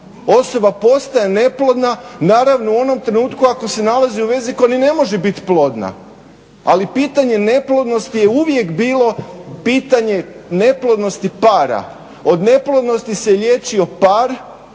Osoba postaje neplodna naravno u onom trenutku ako se nalazi u vezi koja ni ne može biti plodna. Ali pitanje neplodnosti je uvijek bilo pitanje neplodnosti para. Od neplodnosti se liječio par,